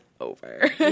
over